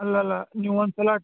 ಅಲ್ಲ ಅಲ್ಲ ನೀವು ಒಂದು ಸಲ